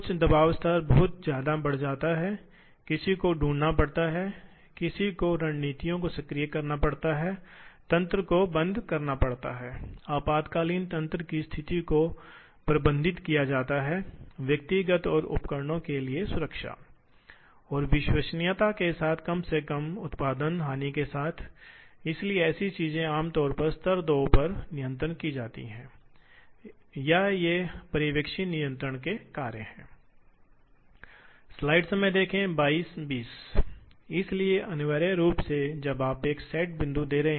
तो आमतौर पर ड्रिलिंग में उपयोग किया जाता है इसलिए आप कहते हैं कि यहां एक छेद ड्रिल करें फिर एक छेद यहां फिर एक छेद यहां यहां और यहां इसलिए यह सिर्फ कुछ बिंदुओं को निर्दिष्ट कर रहा है इसलिए मशीन एक बिंदु पर आ रही है एक निश्चित ऑपरेशन फिर दूसरे बिंदु पर जा रहा है और एक और ऑपरेशन कर रहा है इसलिए जो ऑपरेशन मशीनें कर रही हैं वे अनिवार्य रूप से ड्रिलिंग जैसे बिंदु ऑपरेशन हैं